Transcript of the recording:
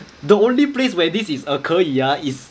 the only place where this is err 可以 ah is